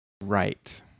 Right